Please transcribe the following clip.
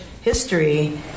history